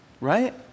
right